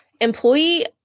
employee